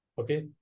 Okay